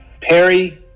Perry